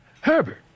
Herbert